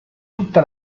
tutta